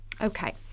okay